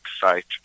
site